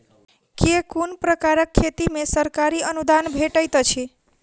केँ कुन प्रकारक खेती मे सरकारी अनुदान भेटैत अछि?